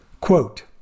Quote